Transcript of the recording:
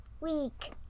week